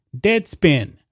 Deadspin